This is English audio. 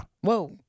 Whoa